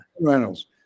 Reynolds